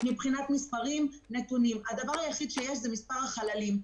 המספר היחיד שיש זה מספר החללים.